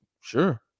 Sure